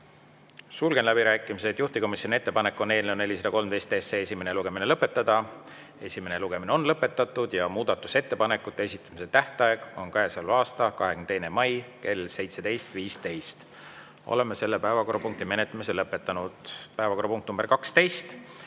Sulgen läbirääkimised. Juhtivkomisjoni ettepanek on eelnõu 413 esimene lugemine lõpetada. Esimene lugemine on lõpetatud ja muudatusettepanekute esitamise tähtaeg on käesoleva aasta 22. mai kell 17.15. Oleme selle päevakorrapunkti menetlemise lõpetanud. Suur tänu!